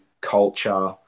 culture